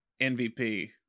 MVP